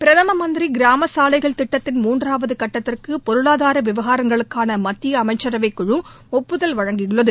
பிரதம மந்திரி கிராமசாலைகள் திட்டத்தின் மூன்றாவது கட்டத்திற்கு பொருளாதார விவகாரங்களுக்கான மத்திய அமைச்சரவைக்குழு ஒப்புதல் அளித்துள்ளது